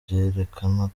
byerekana